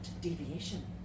deviation